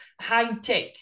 high-tech